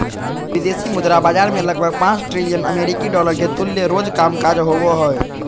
विदेशी मुद्रा बाजार मे लगभग पांच ट्रिलियन अमेरिकी डॉलर के तुल्य रोज कामकाज होवो हय